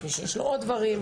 יש עוד דברים,